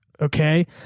okay